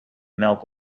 melk